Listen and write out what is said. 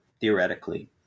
theoretically